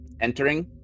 Entering